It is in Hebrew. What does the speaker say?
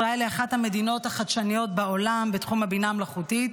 ישראל היא אחת המדינות החדשניות בעולם בתחום הבינה המלאכותית.